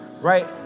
right